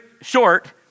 short